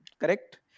Correct